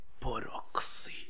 Proxy